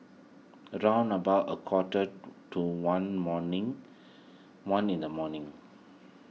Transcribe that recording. round about a quarter to one morning one in the morning